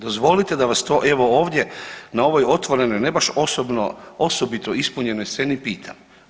Dozvolite da vas to evo, ovdje na ovoj otvorenoj, ne baš osobno, osobito ispunjenoj sceni pitam.